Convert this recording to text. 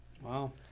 Wow